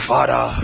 Father